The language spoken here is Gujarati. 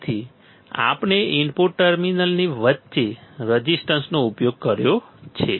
તેથી આપણે ઇનપુટ ટર્મિનલ્સની વચ્ચે રેઝિસ્ટન્સનો ઉપયોગ કર્યો છે